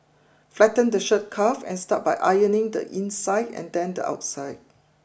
flatten the shirt cuff and start by ironing the inside and then the outside